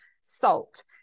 salt